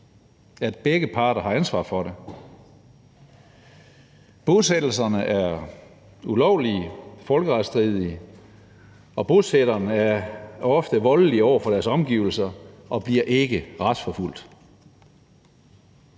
at begge parter har ansvaret for det. Bosættelserne er ulovlige og strider mod folkeretten, og bosætterne er ofte voldelige over for deres omgivelser og bliver ikke retsforfulgt.